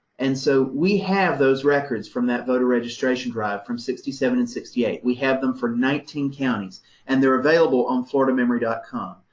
and so, we have those records from that voter registration drive from sixty seven and sixty eight. we have them for nineteen counties and they're available on floridamemory com.